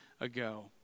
ago